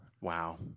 Wow